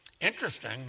Interesting